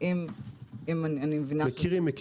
מכירים.